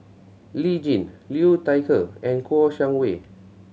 Lee Tjin Liu Thai Ker and Kouo Shang Wei